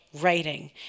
writing